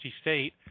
State